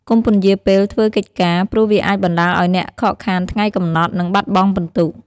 កុំពន្យារពេលធ្វើកិច្ចការ ព្រោះវាអាចបណ្តាលឱ្យអ្នកខកខានថ្ងៃកំណត់ និងបាត់បង់ពិន្ទុ។